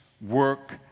work